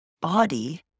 body